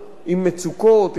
עם חוסר שוויון.